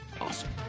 awesome